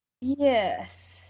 Yes